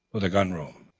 for the gun-room.